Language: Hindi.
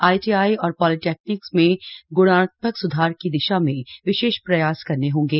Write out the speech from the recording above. आईटीआई और पॉलिटेक्निक में ग्णात्मक स्धार की दिशा में विशेष प्रयास करने होंगे